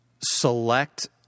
select